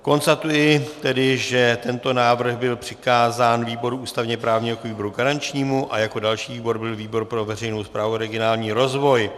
Konstatuji tedy, že tento návrh byl přikázán výboru ústavněprávnímu jako výboru garančnímu a jako další výbor byl výbor pro veřejnou správu a regionální rozvoj.